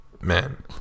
man